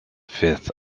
fifth